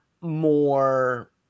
more –